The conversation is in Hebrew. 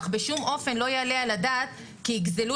אך בשום אופן לא יעלה על הדעת כי יגזלו